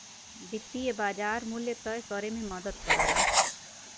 वित्तीय बाज़ार मूल्य तय करे में मदद करला